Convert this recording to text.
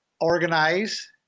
organize